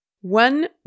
One